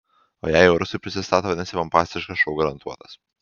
o jei jau rusai prisistato vadinasi pompastiškas šou garantuotas